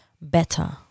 better